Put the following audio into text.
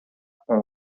com